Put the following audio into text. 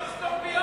הוא לא יסתום פיות.